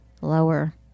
lower